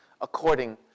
according